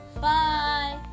Bye